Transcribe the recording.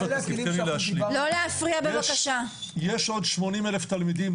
יש עוד 80,000 תלמידים,